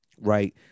Right